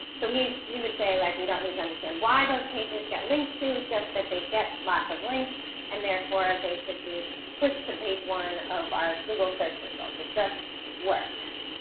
so he he would say, like, we don't need to understand why those pages get linked to just that they get lots of links and therefore they should be pushed to page one of our google search results. it just works.